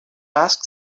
ask